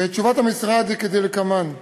תשובת המשרד היא כדלקמן: